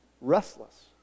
Restless